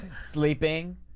sleeping